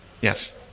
Yes